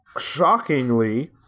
shockingly